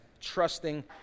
trusting